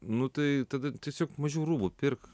nu tai tada tiesiog mažiau rūbų pirk